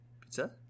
Pizza